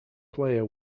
player